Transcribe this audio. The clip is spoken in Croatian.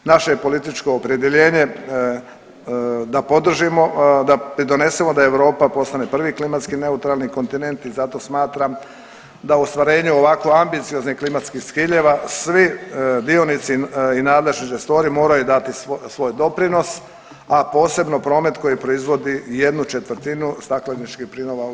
Naše je političko opredjeljenje da podržimo, da pridonesemo da Europa postane prvi klimatski neutralni kontinent i zato smatram da u ostvarenju ovako ambicioznih klimatskih ciljeva svi dionici i nadležni resori moraju dati svoj doprinos, a posebno promet koji proizvodi jednu četvrtinu stakleničkih plinova u EU.